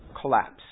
collapse